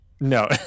No